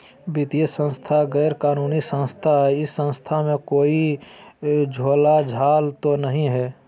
वित्तीय संस्था गैर कानूनी संस्था है इस संस्था में कोई झोलझाल तो नहीं है?